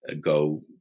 go